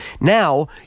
Now